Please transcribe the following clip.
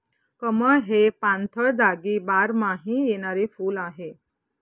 कमळ हे पाणथळ जागी बारमाही येणारे फुल आहे